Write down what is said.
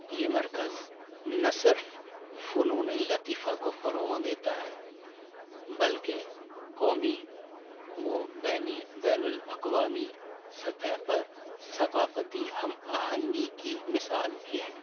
یہ مرکز نہ صرف فنون لطیفہ کو فروغ دیتا ہے بلکہ قومی و بین بین الاقوامی سطح پر ثقافتی ہم آہنگی کی مثال بھی ہے